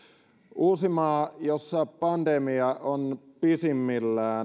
uusimaa jossa pandemia on pisimmällä